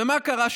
ומה קרה?